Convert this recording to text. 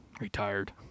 retired